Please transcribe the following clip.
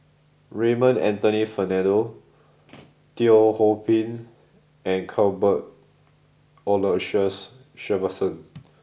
Raymond Anthony Fernando Teo Ho Pin and Cuthbert Aloysius Shepherdson